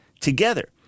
together